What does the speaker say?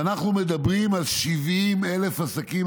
ואנחנו מדברים על 70,000 עסקים,